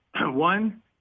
One